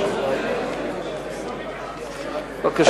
בבקשה.